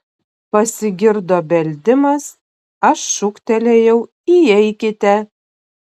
pasigirdo beldimas aš šūktelėjau įeikite